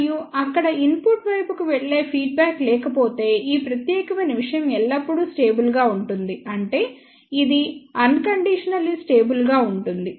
మరియు అక్కడ ఇన్పుట్ వైపుకు వెళ్ళే ఫీడ్బ్యాక్ లేకపోతే ఈ ప్రత్యేకమైన విషయం ఎల్లప్పుడూ స్టేబుల్ గా ఉంటుంది అంటే ఇది అన్ కండీషనల్లీ స్టేబుల్ గా ఉంటుంది